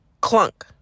clunk